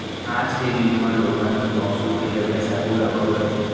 आज के जुग म लोगन मन पौंसुल के जघा चाकू ल बउरत हें